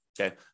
okay